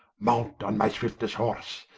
mount on my swiftest horse,